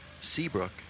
Seabrook